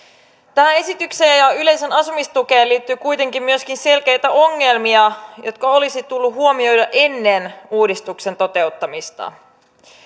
tähän esitykseen ja ja yleisen asumistukeen liittyy kuitenkin myöskin selkeitä ongelmia jotka olisi tullut huomioida ennen uudistuksen toteuttamista